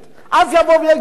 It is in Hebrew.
אז יבואו ויגידו: